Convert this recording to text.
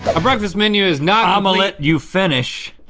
a breakfast menu is not omma-let you finish.